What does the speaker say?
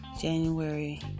January